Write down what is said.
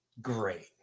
Great